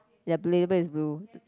yup label is blue